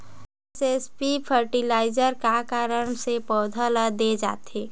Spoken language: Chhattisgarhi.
एस.एस.पी फर्टिलाइजर का कारण से पौधा ल दे जाथे?